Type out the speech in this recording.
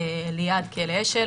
ליד כלא אשל.